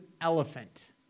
elephant